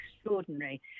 extraordinary